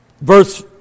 verse